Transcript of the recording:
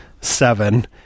seven